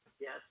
Yes